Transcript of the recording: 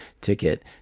ticket